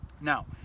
Now